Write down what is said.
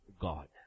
God